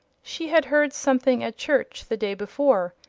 she had heard something at church the day before,